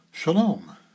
Shalom